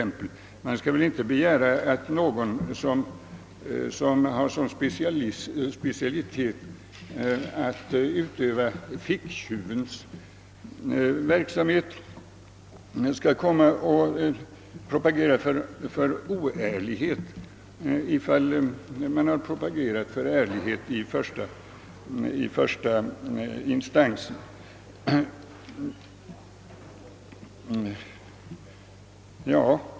Man kan väl inte mena att någon som har som specialitet att utöva ficktjuvens verksamhet skall inbjudas att komma och propagera för oärlighet, om man i en förs: ta instans har propagerat för ärlighet.